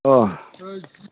औ